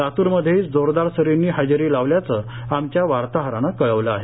लात्रमध्येही जोरदार सरींनी हजेरी लावल्याचं आमच्या वार्ताहरानं कळवलं आहे